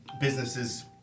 businesses